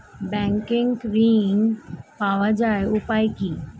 Bank ঋণ পাওয়ার উপায় কি?